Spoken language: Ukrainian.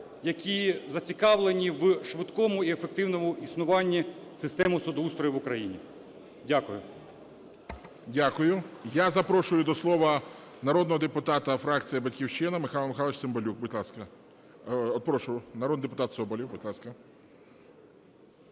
які зацікавлені в швидкому і ефективному існуванні системи судоустрою в Україні. Дякую. ГОЛОВУЮЧИЙ. Дякую. Я запрошую до слова народного депутата фракція "Батьківщина" Михайло Михайлович Цимбалюк, будь ласка. Прошу народний депутат Соболєв, будь ласка.